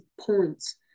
points